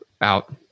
out